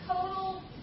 total